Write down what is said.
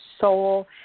soul